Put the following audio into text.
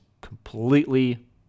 completely